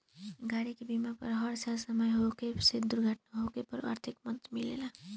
गाड़ी के बीमा हर साल समय पर होखे से दुर्घटना होखे पर आर्थिक मदद मिलेला